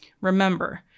Remember